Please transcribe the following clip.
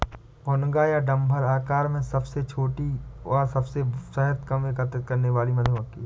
भुनगा या डम्भर आकार में सबसे छोटी और सबसे कम शहद एकत्र करने वाली मधुमक्खी है